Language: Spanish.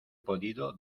podido